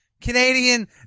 Canadian